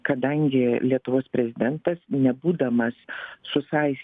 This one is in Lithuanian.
kadangi lietuvos prezidentas nebūdamas susaistytas